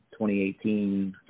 2018